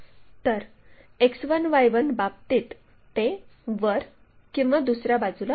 तर X1Y1 बाबतीत ते वर किंवा दुसर्या बाजूला असेल